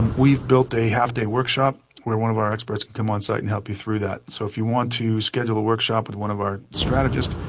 we've built a half-day workshop. where one of our experts can come on site and help you through that. so if you want to schedule a workshop with one of our strategists,